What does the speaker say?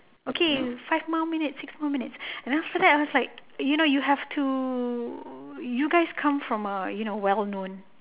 okay five more minutes six more minutes and then after that I was like you know you have to you guys come from a you know well known